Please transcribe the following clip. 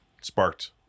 sparked